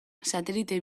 satelite